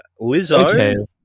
Lizzo